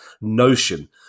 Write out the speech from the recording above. Notion